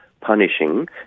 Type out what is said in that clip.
punishing